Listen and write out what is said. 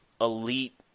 elite –